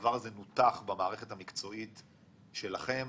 הדבר הזה נותח במערכת המקצועית שלכם,